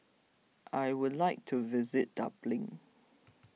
I would like to visit Dublin